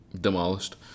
Demolished